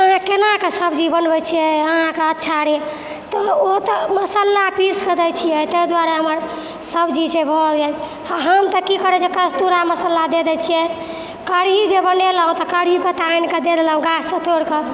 कोनाके सब्जी बनबै छिए अहाँके अच्छा रहैए तऽ ओ तऽ मसल्ला पिसिके दै छिए ताहि दुआरे हमर सब्जी जे छै भऽ गेल हम तऽ कि करै छिए कस्तूरा मसल्ला दऽ दै छिए कढ़ी जे बनेलहुँ तऽ कढ़ी पत्ता आनिके देलहुँ गाछसँ तोड़िके